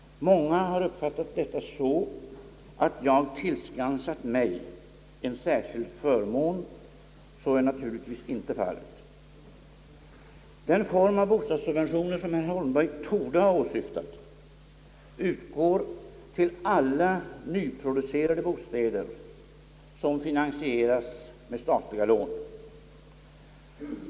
Många har uppfattat detta så att jag tillskansat mig en särskild förmån. Så är naturligtvis inte fallet. Den form av bostadssubventioner, som herr Holmberg torde ha åsyftat, utgår till alla nyproducerade bostäder, som finansieras med statliga lån.